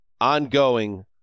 ongoing